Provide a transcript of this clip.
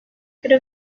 could